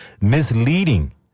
misleading